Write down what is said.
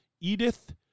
Edith